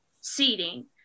seating